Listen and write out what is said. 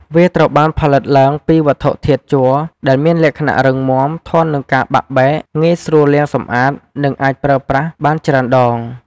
វាត្រូវបានផលិតឡើងពីវត្ថុធាតុជ័រដែលមានលក្ខណៈរឹងមាំ ធន់នឹងការបាក់បែក ងាយស្រួលលាងសម្អាត និងអាចប្រើប្រាស់បានច្រើនដង។